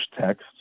text